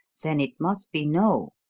then it must be no.